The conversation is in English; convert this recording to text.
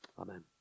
Amen